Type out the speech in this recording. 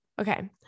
Okay